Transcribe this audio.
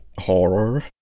horror